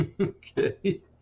okay